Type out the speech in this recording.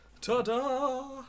ta-da